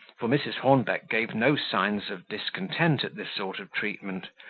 for mrs. hornbeck gave no signs of discontent at this sort of treatment,